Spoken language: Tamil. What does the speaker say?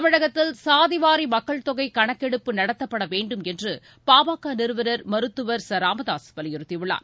தமிழகத்தில் சாதிவாரி மக்கள்தொகை கணக்கெடுப்பு நடத்தப்பட வேண்டும் என்று பாமக நிறுவனர் மருத்துவர் ச ராமதாசு வலியுறுத்தியுள்ளார்